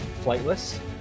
flightless